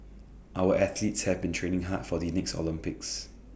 our athletes have been training hard for the next Olympics